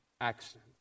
accident